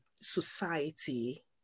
society